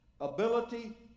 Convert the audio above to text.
ability